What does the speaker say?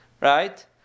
right